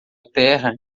terra